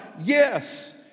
yes